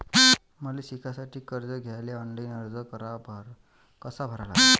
मले शिकासाठी कर्ज घ्याले ऑनलाईन अर्ज कसा भरा लागन?